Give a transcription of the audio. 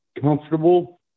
comfortable